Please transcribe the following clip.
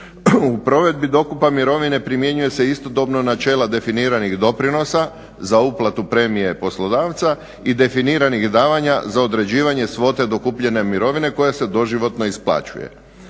U provedbi dokupa mirovine primjenjuju se istodobno načela definiranih doprinosa za uplatu premije poslodavca i definiranih davanja za određivanje svote dokupljene mirovine koja se doživotno isplaćuje.